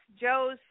Joe's